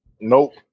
Nope